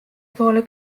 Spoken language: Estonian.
poole